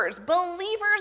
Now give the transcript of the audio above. believers